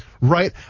right